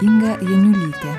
inga janiulytė